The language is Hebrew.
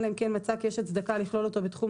אלא אם כן מצא כי יש הצדקה לכלול אותו בתחום